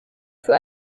für